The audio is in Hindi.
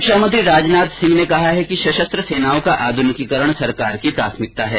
रक्षामंत्री राजनाथ सिंह ने कहा है कि सशस्त्र सेनाओं का आध्निकीकरण सरकार की प्राथमिकता है